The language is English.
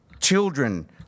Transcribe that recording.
children